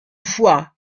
foi